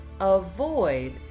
avoid